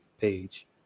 page